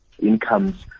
Incomes